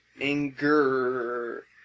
anger